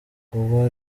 uwo